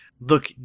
look